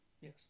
Yes